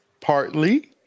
Partly